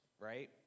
right